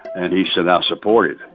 and he said i support it.